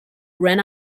ran